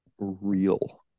real